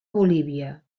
bolívia